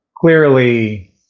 clearly